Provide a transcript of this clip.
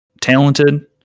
talented